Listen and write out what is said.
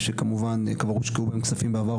שכמובן כבר הושקעו בהם כספים בעבר,